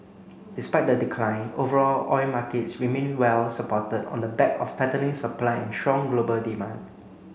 despite the decline overall oil markets remained well supported on the back of tightening supply and strong global demand